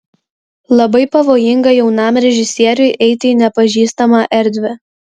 labai pavojinga jaunam režisieriui eiti į nepažįstamą erdvę